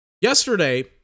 Yesterday